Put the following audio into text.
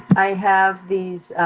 i have these